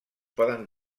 poden